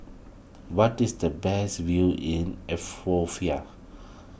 what is the best view in